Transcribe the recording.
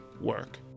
work